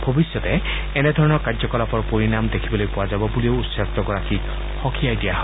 ভবিষ্যতে এনেধৰণৰ কাৰ্যকলাপৰ পৰিণাম দেখিবলৈ পোৱা যাব বুলি উচ্চায়ুক্তগৰাকীক সকিয়াই দিয়া হয়